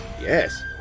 Yes